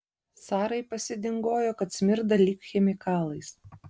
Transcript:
sarai pasidingojo kad smirda lyg chemikalais